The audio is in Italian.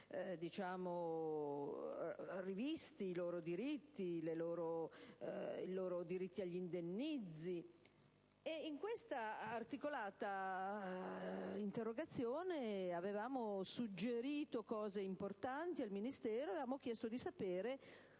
domande per vedere rivisti i loro diritti agli indennizzi. In questa articolata interrogazione avevamo suggerito cose importanti al Ministero e avevamo chiesto di sapere